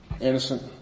innocent